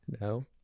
No